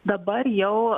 dabar jau